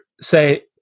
say